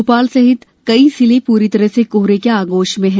भोपाल सहित कई जिले पूरी तरह से कोहरे के आगोश में है